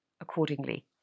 accordingly